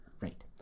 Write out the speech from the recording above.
Right